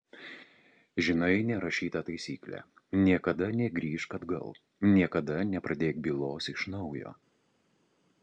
žinai nerašytą taisyklę niekada negrįžk atgal niekada nepradėk bylos iš naujo